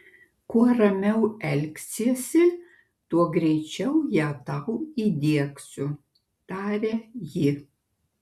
kuo ramiau elgsiesi tuo greičiau ją tau įdiegsiu taria ji